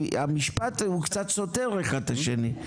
כי המשפט הוא קצת סותר אחד את השני.